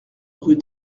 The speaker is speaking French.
rue